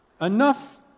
enough